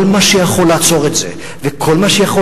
כל מה שיכול לעצור את זה וכל מה שיכול